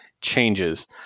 changes